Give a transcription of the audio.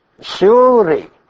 surely